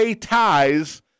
ties